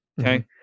okay